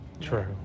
True